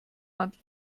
handel